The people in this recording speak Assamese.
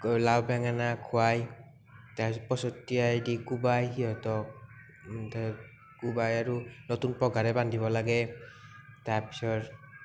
লাও বেঙেনা খোৱাই তাৰ পচতিয়াই দি কোবাই সিহঁতক কোবাই আৰু নতুন পঘাৰে বান্ধিব লাগে তাৰপিছত